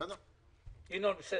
בסדר גמור.